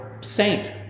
saint